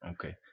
Okay